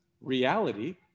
reality